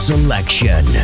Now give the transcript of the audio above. Selection